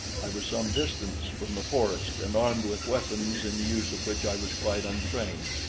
i was some distance from the forest and armed with weapons in the use of which i was quite untrained,